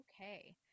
Okay